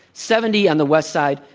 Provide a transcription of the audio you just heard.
seventy on the west side,